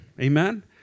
Amen